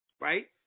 right